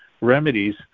remedies